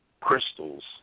crystals